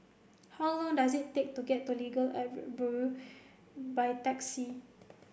how long does it take to get to Legal Aid Bureau by taxi